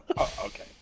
Okay